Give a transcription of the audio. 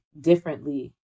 differently